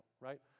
right